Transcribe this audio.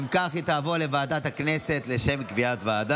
ותעבור לוועדת הכלכלה להכנתה לקריאה הראשונה.